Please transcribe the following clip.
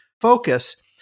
focus